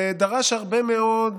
ודרש הרבה מאוד